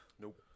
Nope